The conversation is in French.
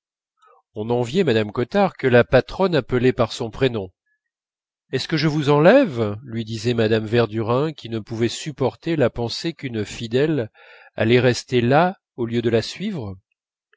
on enviait mme cottard que la patronne appelait par son prénom est-ce que je vous enlève lui disait mme verdurin qui ne pouvait supporter la pensée qu'une fidèle allait rester là au lieu de la suivre